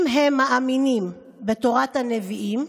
אם הם מאמינים בתורת הנביאים,